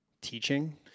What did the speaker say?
teaching